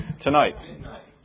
Tonight